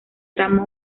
trama